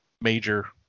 Major